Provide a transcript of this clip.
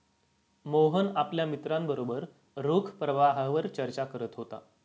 मोहन आपल्या मित्रांबरोबर रोख प्रवाहावर चर्चा करत होता